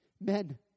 Men